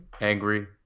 angry